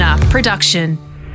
Production